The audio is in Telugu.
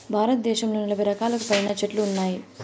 భారతదేశంలో నలబై రకాలకు పైనే చెట్లు ఉన్నాయి